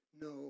No